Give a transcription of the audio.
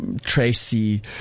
tracy